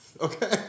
Okay